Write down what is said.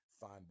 find